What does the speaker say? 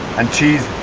and cheese